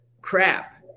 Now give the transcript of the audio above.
crap